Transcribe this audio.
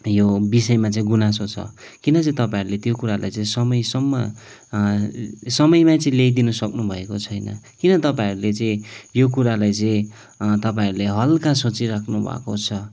यो विषयमा चाहिँ गुनासो छ किन चाहिँ तपाईँहरूले त्यो कुरालाई चाहिँ समयसम्म समयमा चाहिँ ल्याइदिनु सक्नुभएको छैन किन तपाईँहरूले चाहिँ यो कुरालाई चाहिँ तपाईँहरूले हल्का सोचिराख्नु भएको छ